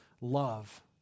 Love